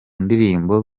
ndirimbo